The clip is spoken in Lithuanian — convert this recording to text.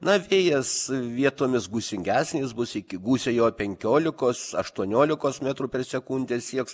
na vėjas vietomis gūsingesnis bus iki gūsiai jo penkiolikos aštuoniolikos metrų per sekundę sieks